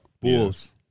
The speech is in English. Bulls